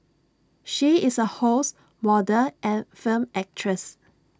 she is A host model and film actress